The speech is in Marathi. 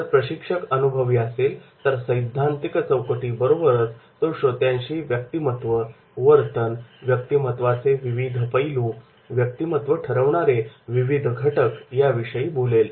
जर प्रशिक्षक अनुभवी असेल तर सैद्धांतिक चौकटीसोबतच तो श्रोत्यांशी व्यक्तिमत्व वर्तन व्यक्तिमत्वाचे विविध पैलू व्यक्तिमत्व ठरवणारे विविध घटक याविषयी तो बोलेल